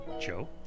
Joe